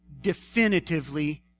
definitively